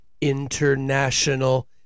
international